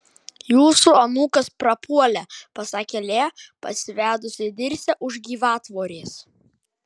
jūsų anūkas prapuolė pasakė lėja pasivedusi dirsę už gyvatvorės